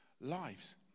lives